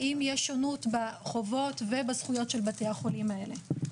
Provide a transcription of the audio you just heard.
האם יש שונות בחובות ובזכויות של בתי החולים האלה.